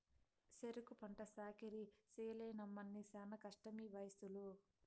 సెరుకు పంట సాకిరీ చెయ్యలేనమ్మన్నీ శానా కష్టమీవయసులో